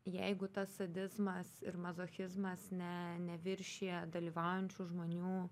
jeigu tas sadizmas ir mazochizmas ne neviršija dalyvaujančių žmonių